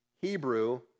Hebrew